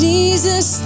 Jesus